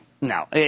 no